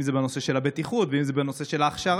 אם זה בנושא של הבטיחות ואם זה בנושא של ההכשרה,